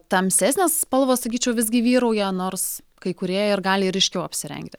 tamsesnės spalvos sakyčiau visgi vyrauja nors kai kurie ir gali ir ryškiau apsirengti